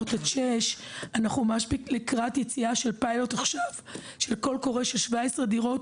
אנחנו לקראת יציאה לפיילוט של קול קורא של 17 דירות